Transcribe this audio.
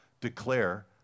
declare